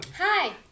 Hi